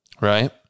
right